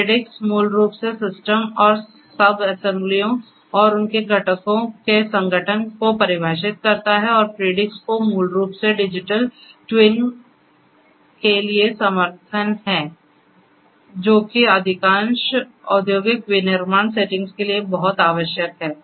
Predix मूल रूप से सिस्टम और सबसेंबलियों और उनके घटकों के संगठन को परिभाषित करता है और प्रिडिक्स को मूल रूप से डिजिटल ट्विन के लिए समर्थन है जो कि अधिकांश औद्योगिक विनिर्माण सेटिंग्स के लिए बहुत आवश्यक है